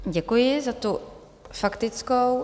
Děkuji za tu faktickou.